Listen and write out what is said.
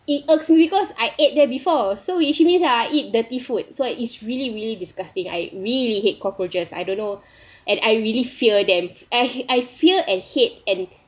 it irks me because I ate there before so which means I eat dirty food so it is really really disgusting I really hate cockroaches I don't know and I really fear them I I fear and hate and